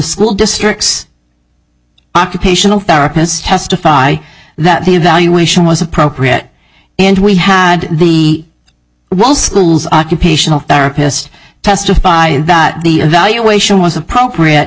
school district's occupational therapist testify that the evaluation was appropriate and we had the well school's occupational therapist testify that the evaluation was appropriate